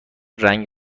رنگ